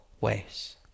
ways